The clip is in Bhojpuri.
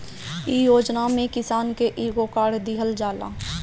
इ योजना में किसान के एगो कार्ड दिहल जाला